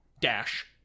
dash